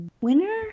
winner